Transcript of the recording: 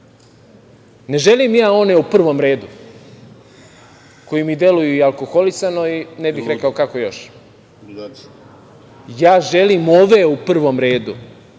želim ja one u prvom redu, koji mi deluju i alkoholisano i ne bih rekao kako još, ja želim ove u prvom redu,